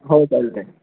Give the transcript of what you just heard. हो चालत आहे